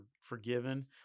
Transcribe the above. forgiven